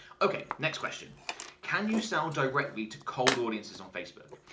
okay next question can you sell directly to cold audiences on facebook?